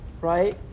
right